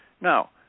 Now